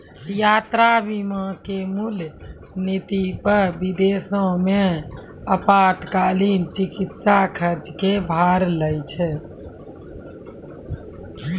यात्रा बीमा के मूल नीति पे विदेशो मे आपातकालीन चिकित्सा खर्च के भार लै छै